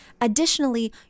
additionally